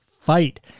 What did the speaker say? Fight